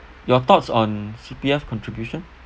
your thoughts on C_P_F contribution